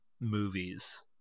movies